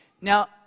Now